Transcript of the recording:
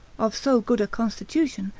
of so good a constitution,